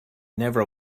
never